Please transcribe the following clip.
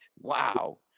wow